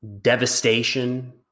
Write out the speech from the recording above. devastation